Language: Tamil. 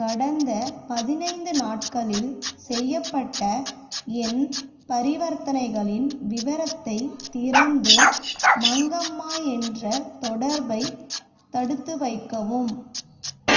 கடந்த பதினைந்து நாட்களில் செய்யப்பட்ட என் பரிவர்த்தனைகளின் விவரத்தை திறந்து மங்கம்மா என்ற தொடர்பை தடுத்து வைக்கவும்